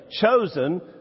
chosen